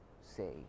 say